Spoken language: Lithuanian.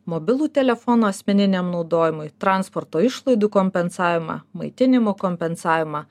mobilų telefoną asmeniniam naudojimui transporto išlaidų kompensavimą maitinimo kompensavimą